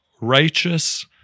righteous